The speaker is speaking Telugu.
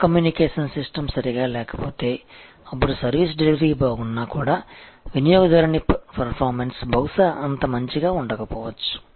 ఆ కమ్యూనికేషన్ సిస్టమ్ సరిగా లేకపోతే అప్పుడు సర్వీస్ డెలివరీ బాగున్నా కూడా వినియోగదారుని పర్సెప్షన్ బహుశా అంత మంచిగా ఉండకపోవచ్చు